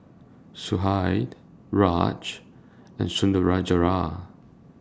Sudhir Raj and Sundaraiah